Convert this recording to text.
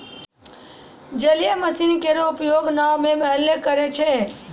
जलीय मसीन केरो उपयोग नाव म मल्हबे करै छै?